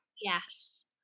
yes